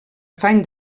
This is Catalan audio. afany